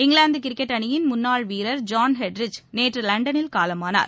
இங்கிலாந்துகிரிக்கெட் அணியின் முன்னாள் வீரர் ஜான் ஹெட்ரிச் நேற்றுலண்டனில் காலமானார்